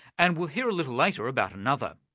and we'll hear a little later about another,